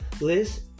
Liz